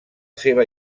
seva